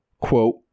quote